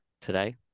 today